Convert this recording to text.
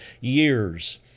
years